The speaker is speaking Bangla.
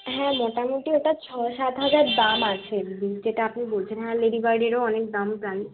হ্যাঁ মোটামুটি ওটা ছ সাত হাজার দাম আছে দিদি যেটা আপনি বলছেন হ্যাঁ লেডি বার্ডেরও অনেক দাম জানি